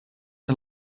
are